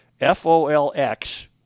F-O-L-X